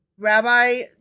Rabbi